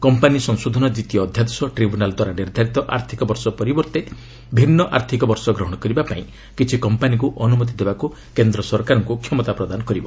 company ସଂଶୋଧନ ଦ୍ୱିତୀୟ ଅଧ୍ୟାଦେଶ ଟ୍ରିବ୍ୟୁନାଲ୍ ଦ୍ୱାରା ନିର୍ଦ୍ଧାରିତ ଆର୍ଥିକ ବର୍ଷ ପରିବର୍ତ୍ତେ ଭିନ୍ନ ଆର୍ଥିକ ବର୍ଷ ଗ୍ରହଣ କରିବା ପାଇଁ କିଛି କମ୍ପାନୀକୁ ଅନୁମତି ଦେବାକୁ କେନ୍ଦ୍ର ସରକାରଙ୍କୁ କ୍ଷମତା ପ୍ରଦାନ କରିବ